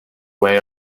way